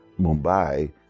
Mumbai